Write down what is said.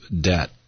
debt